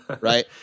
Right